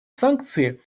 санкции